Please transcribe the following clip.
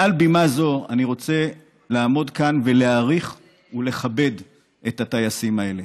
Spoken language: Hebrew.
מעל בימה זו אני רוצה לעמוד כאן ולהעריך ולכבד את הטייסים האלה.